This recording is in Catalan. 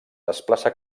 desplaça